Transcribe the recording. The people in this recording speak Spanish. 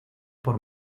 por